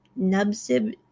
NubSib